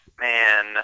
Man